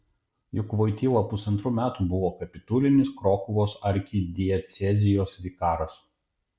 juk voityla pusantrų metų buvo kapitulinis krokuvos arkidiecezijos vikaras